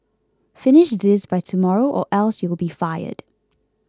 finish this by tomorrow or else you'll be fired